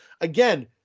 Again